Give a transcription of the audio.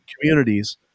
communities –